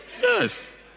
Yes